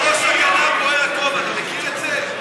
על ראש הגנב בוער הכובע, אתה מכיר את זה?